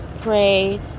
pray